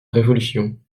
révolution